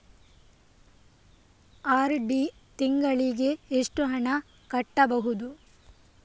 RD ತಿಂಗಳಿಗೆ ಎಷ್ಟು ಹಣ ಕಟ್ಟಬಹುದು?